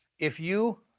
if you